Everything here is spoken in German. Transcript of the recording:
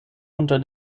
unter